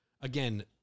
Again